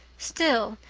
still,